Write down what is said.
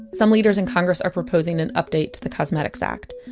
some leaders in congress are proposing an update to the cosmetics act.